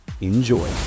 enjoy